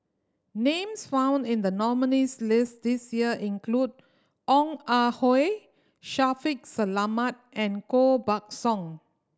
names found in the nominees' list this year include Ong Ah Hoi Shaffiq Selamat and Koh Buck Song